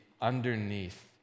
underneath